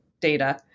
data